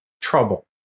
trouble